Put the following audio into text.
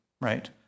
right